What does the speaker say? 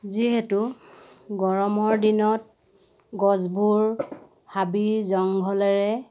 যিহেতু গৰমৰ দিনত গছবোৰ হাবি জংঘলেৰে